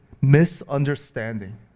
misunderstanding